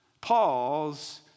Paul's